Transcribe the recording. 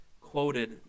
quoted